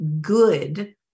good